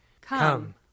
Come